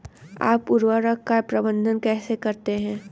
आप उर्वरक का प्रबंधन कैसे करते हैं?